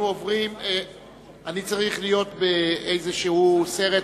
אני צריך להיות בסרט,